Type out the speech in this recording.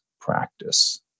practice